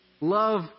Love